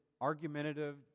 argumentative